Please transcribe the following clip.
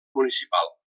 municipal